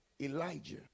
Elijah